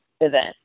event